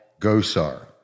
Gosar